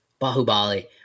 Bahubali